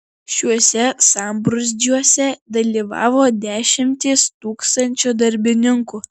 šiuose sambrūzdžiuose dalyvavo dešimtys tūkstančių darbininkų